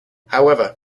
however